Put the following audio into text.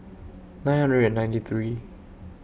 nine hundred and ninety three